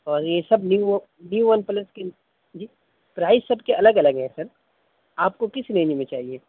اور یہ سب نیو نیو ون پلس جی پرائز سب کے الگ الگ ہیں سر آپ کو کس رینج میں چاہیے